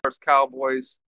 Cowboys